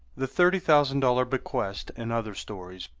the thirty thousand dollars bequest and other stories,